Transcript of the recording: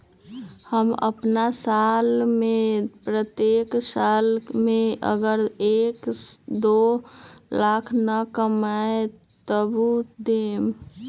हम अपन साल के प्रत्येक साल मे अगर एक, दो लाख न कमाये तवु देम?